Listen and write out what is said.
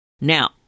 Now